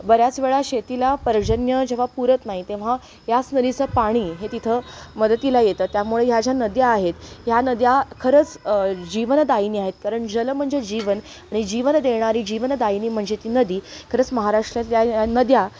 बऱ्याच वेळा शेतीला पर्जन्य जेव्हा पुरत नाही तेव्हा ह्याच नदीचं पाणी हे तिथं मदतीला येतं त्यामुळे ह्या ज्या नद्या आहेत ह्या नद्या खरंच जीवनदायीनी आहेत कारण जल म्हणजे जीवन आणि जीवन देणारी जीवनदायनी म्हणजे ती नदी खरंच महाराष्ट्रात या या नद्या